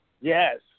Yes